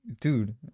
Dude